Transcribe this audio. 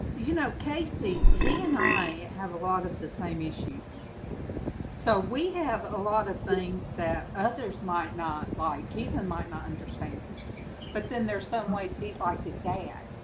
you know casey he and i have a lot of the same issues so we have a lot of things that others might not like even and might not understand but then there's some ways he's like his dad